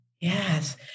Yes